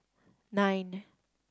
nine